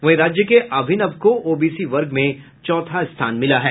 वहीं राज्य के अभिनव को ओबीसी वर्ग में चौथा स्थान मिला है